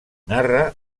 narra